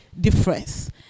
difference